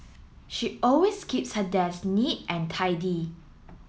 she always keeps her desk neat and tidy